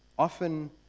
Often